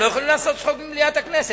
הם לא יכולים לעשות צחוק ממליאת הכנסת.